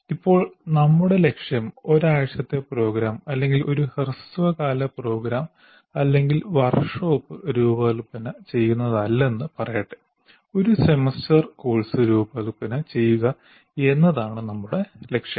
ഇപ്പോൾ നമ്മുടെ ലക്ഷ്യം ഒരു ആഴ്ചത്തെ പ്രോഗ്രാം അല്ലെങ്കിൽ ഒരു ഹ്രസ്വകാല പ്രോഗ്രാം അല്ലെങ്കിൽ വർക്ക് ഷോപ്പ് രൂപകൽപ്പന ചെയ്യുന്നതല്ലെന്ന് പറയട്ടെ ഒരു സെമസ്റ്റർ കോഴ്സ് രൂപകൽപ്പന ചെയ്യുക എന്നതാണ് നമ്മുടെ ലക്ഷ്യം